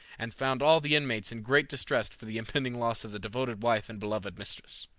and found all the inmates in great distress for the impending loss of the devoted wife and beloved mistress.